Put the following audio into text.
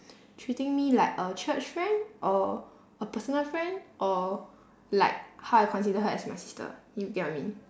treating me like a church friend or a personal friend or like how I consider her as my sister you get what I mean